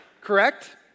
correct